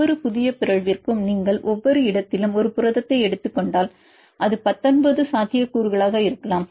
எந்தவொரு புதிய பிறழ்விற்கும் நீங்கள் ஒவ்வொரு இடத்திலும் ஒரு புரதத்தை எடுத்துக் கொண்டால் அது 19 சாத்தியக்கூறுகளாக இருக்கலாம்